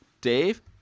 Dave